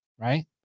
Right